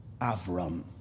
Avram